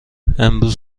امروز